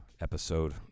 episode